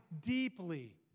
deeply